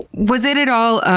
was it at all